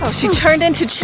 she turned into chad.